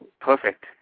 perfect